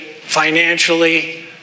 financially